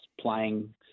playing